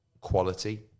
quality